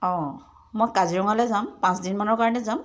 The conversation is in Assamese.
অঁ মই কাজিৰঙালৈ যাম পাঁচ দিনমানৰ কাৰণে যাম